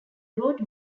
road